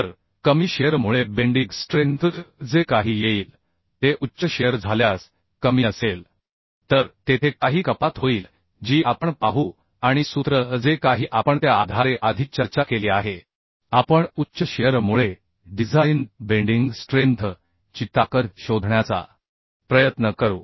तर कमी शिअर मुळे बेंडीग स्ट्रेंथ जे काही येईल ते उच्च शिअर झाल्यास कमी असेल तर तेथे काही कपात होईल जी आपण पाहू आणि सूत्र जे काही आपण त्या आधारे आधी चर्चा केली आहे आपण उच्च शिअर मुळे डिझाइन बेंडिंग स्ट्रेंथ ची ताकद शोधण्याचा प्रयत्न करू